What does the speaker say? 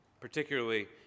particularly